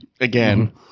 again